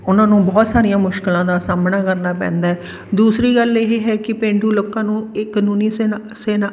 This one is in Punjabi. ਉਹਨਾਂ ਨੂੰ ਬਹੁਤ ਸਾਰੀਆਂ ਮੁਸ਼ਕਿਲਾਂ ਦਾ ਸਾਹਮਣਾ ਕਰਨਾ ਪੈਂਦਾ ਦੂਸਰੀ ਗੱਲ ਇਹ ਹੈ ਕਿ ਪੇਂਡੂ ਲੋਕਾਂ ਨੂੰ ਇਹ ਕਾਨੂੰਨੀ ਸੈਨਾ ਸੇਨਾ